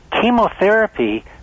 chemotherapy